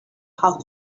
how